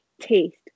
taste